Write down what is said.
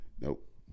Nope